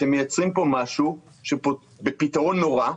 אתם מייצרים פה משהו בפתרון נורא,